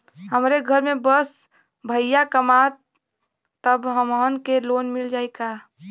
हमरे घर में बस भईया कमान तब हमहन के लोन मिल जाई का?